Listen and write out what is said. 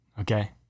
Okay